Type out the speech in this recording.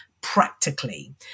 practically